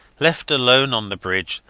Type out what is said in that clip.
left alone on the bridge,